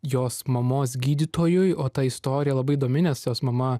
jos mamos gydytojui o ta istorija labai įdomi nes jos mama